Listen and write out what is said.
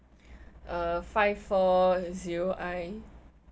uh five four zero I